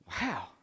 Wow